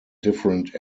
different